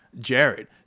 Jared